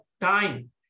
time